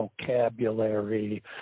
vocabulary